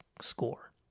score